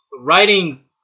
writing